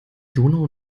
donau